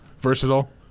Versatile